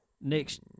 next